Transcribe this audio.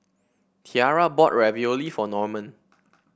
Tiarra bought Ravioli for Norman